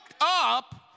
up